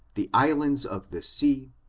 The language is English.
the islands of the sea,